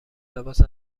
لباس